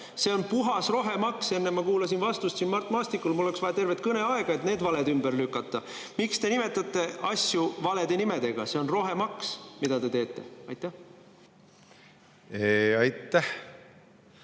See on puhas rohemaks. Ma kuulasin vastust Mart Maastikule. Mul oleks vaja tervet kõneaega, et need valed ümber lükata. Miks te nimetate asju valede nimedega? See on rohemaks, mida te teete. Aitäh! Hea